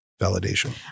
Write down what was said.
validation